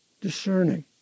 discerning